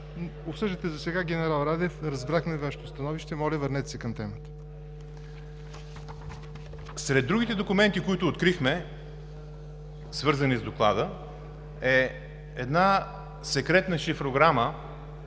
Обсъждате засега генерал Радев. Разбрахме Вашето становище. Моля, върнете се към темата. АНТОН ТОДОРОВ: Сред другите документи, които открихме, свързани с доклада, е секретна шифрограма,